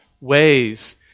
Ways